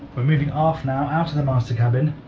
we're moving off now, out of the master cabin